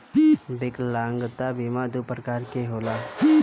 विकलागंता बीमा दू प्रकार क होला